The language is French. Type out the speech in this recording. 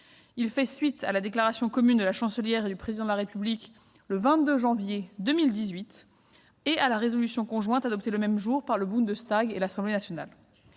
fait suite à la déclaration commune de la Chancelière et du Président de la République du 22 janvier 2018 et à la résolution conjointe, adoptée le même jour, par le Bundestag et par l'Assemblée nationale.